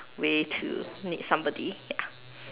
way to meet somebody ya